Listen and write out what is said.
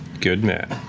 good man.